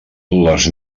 les